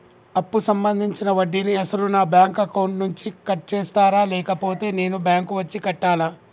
అప్పు సంబంధించిన వడ్డీని అసలు నా బ్యాంక్ అకౌంట్ నుంచి కట్ చేస్తారా లేకపోతే నేను బ్యాంకు వచ్చి కట్టాలా?